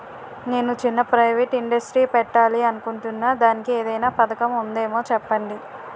నేను చిన్న private industry పెట్టాలి అనుకుంటున్నా దానికి ఏదైనా పథకం ఉందేమో చెప్పండి?